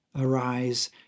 Arise